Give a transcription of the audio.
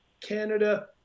Canada